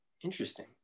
Interesting